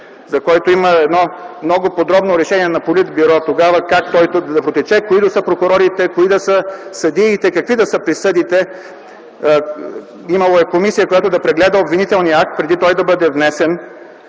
за който има едно много подробно решение на Политбюро тогава – как той да протече, кои да са прокурорите, кои да са съдиите, какви да са присъдите. Имало е и комисия, която да прегледа обвинителния акт преди той да бъде внесен.